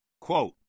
Quote